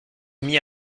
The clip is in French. mit